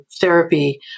therapy